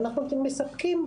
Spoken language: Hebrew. ואנחנו מספקים,